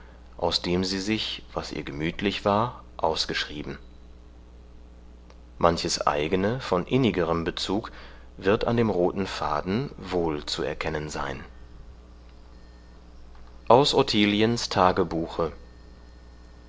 aus dem sie sich was ihr gemütlich war ausgeschrieben manches eigene von innigerem bezug wird an dem roten faden wohl zu erkennen sein aus ottiliens